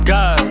God